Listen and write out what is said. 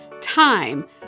time